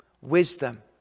wisdom